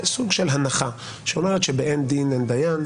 סוג של הנחה שאומרת שבאין דין אין דיין.